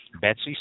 Betsy